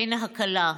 אין הקלה.